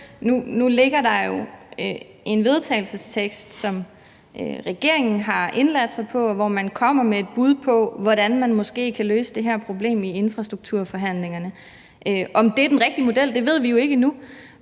Nu ligger der jo et forslag til vedtagelse, som regeringen er med på, og som kommer med et bud på, hvordan man måske kan løse det her problem i infrastrukturforhandlingerne. Om det er den rigtige model, ved vi jo ikke endnu,